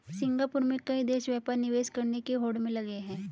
Singapore में कई देश व्यापार निवेश करने की होड़ में लगे हैं